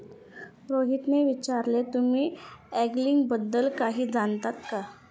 रोहितने विचारले, तुम्ही अँगलिंग बद्दल काही जाणता का?